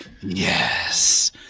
Yes